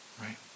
right